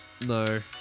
No